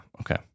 okay